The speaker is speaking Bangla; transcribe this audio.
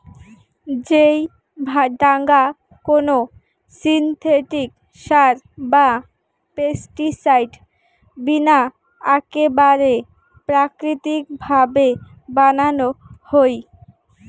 যেই ডাঙা কোনো সিনথেটিক সার বা পেস্টিসাইড বিনা আকেবারে প্রাকৃতিক ভাবে বানানো হই